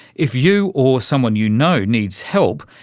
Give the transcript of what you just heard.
if you or someone you know needs help,